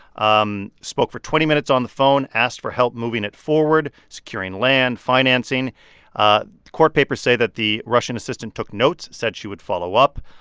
um spoke for twenty minutes on the phone, asked for help moving it forward, securing land, financing. the ah court papers say that the russian assistant took notes, said she would follow up.